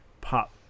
pop